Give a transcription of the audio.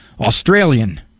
Australian